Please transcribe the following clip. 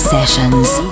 Sessions